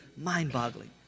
mind-boggling